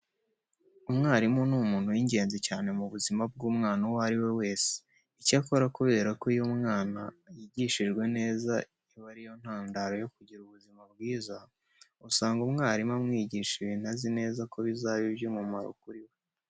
Umwarimu ni umuntu w'ingenzi cyane mu buzima bw'umwana uwo ari we wese. Icyakora kubera ko iyo umwana yigishijwe neza iba ari yo ntangiriro yo kuzagira ubuzima bwiza, usanga umwarimu amwigisha ibintu azi neza ko bizaba iby'umumaro kuri we.